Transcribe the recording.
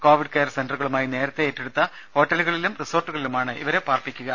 Covid care സെന്ററുകളായി നേരത്തെ ഏറ്റെടുത്ത ഹോട്ടലുകളിലും റിസോർട്ടുകളിലുമാണ് ഇവരെ പാർപ്പിക്കുക